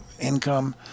income